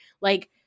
Like-